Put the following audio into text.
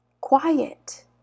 quiet